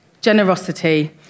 generosity